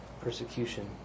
persecution